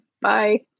Bye